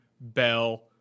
bell